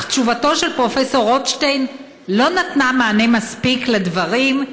אך תשובתו של פרופ' רוטשטיין לא נתנה מענה מספיק לדברים,